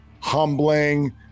humbling